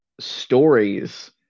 stories